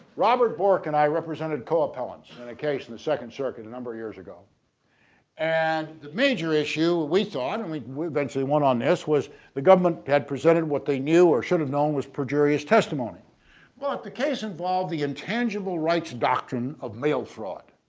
robert bork and i represented co appellant in a case in the second circuit a number of years ago and the major issue we thought and we we eventually won on this was the government had presented what they knew or should have known was perjurious testimony but the case involved the intangible rights doctrine of mail fraud